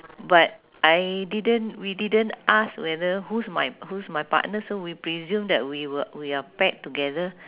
but I didn't we didn't ask whether who's my who's my partner so we presume that we were we are paired together